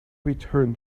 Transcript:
return